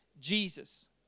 Jesus